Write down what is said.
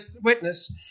witness